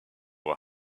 were